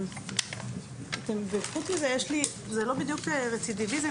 זה לא בדיוק רצידיביזם.